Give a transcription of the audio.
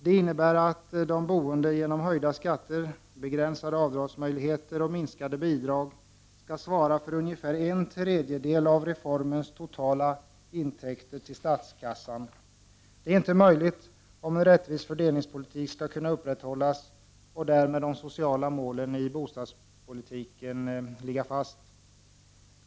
Det innebär att de boende genom höjda skatter, begränsade avdragsmöjligheter och en minskning av bidragen skall svara för ungefär en tredjedel av reformens totala intäkter till statskassan. Det är inte möjligt om en rättvis fördelningspolitik skall kunna upprätthållas och de sociala målen i bostadspolitiken därmed ligga fast.